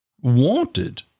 Wanted